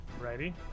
Righty